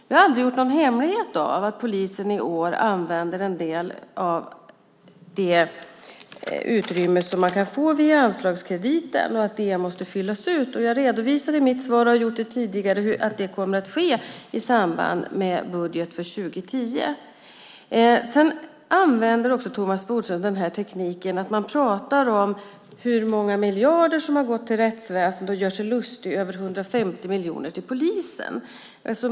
Vi har aldrig gjort någon hemlighet av att polisen i år använder en del av det utrymme som man kan få via anslagskrediten och av att det måste fyllas ut. Jag har redovisat i mitt svar här, och har också tidigare kommenterat det, att det kommer att ske i samband med budgeten för år 2010. Thomas Bodström använder också tekniken att prata om hur många miljarder som har gått till rättsväsendet och gör sig lustig över de 150 miljonerna till polisen.